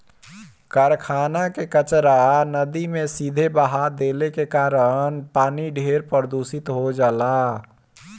कारखाना कअ कचरा नदी में सीधे बहा देले के कारण पानी ढेर प्रदूषित हो जाला